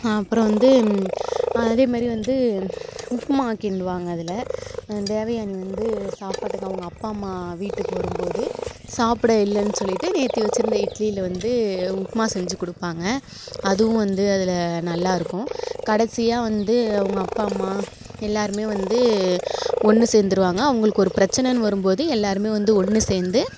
அப்புறோம் வந்து அதே மாரி வந்து உப்மா கிண்டுவாங்க அதில் தேவயானி வந்து சாப்பாட்டுக்கு அவங்க அப்பா அம்மா வீட்டுக்கு வரும்போது சாப்பிட இல்லன்னு சொல்லிவிட்டு நேற்று வச்சிருந்த இட்லியில வந்து உப்மா செஞ்சிக் கொடுப்பாங்க அதுவும் வந்து அதில் நல்லா இருக்கும் கடைசியா வந்து அவங்க அப்பா அம்மா எல்லாருமே வந்து ஒன்று சேர்ந்துருவாங்க அவங்களுக்கு ஒரு பிரச்சனைனு வரும்போது எல்லாருமே வந்து ஒன்று சேர்ந்து